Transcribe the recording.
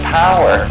power